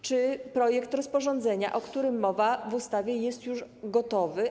Czy projekt rozporządzenia, o którym mowa w ustawie, jest już gotowy?